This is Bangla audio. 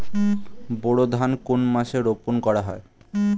বোরো ধান কোন মাসে রোপণ করা হয়?